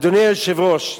אדוני היושב-ראש,